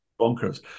bonkers